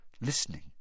listening